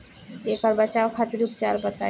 ऐकर बचाव खातिर उपचार बताई?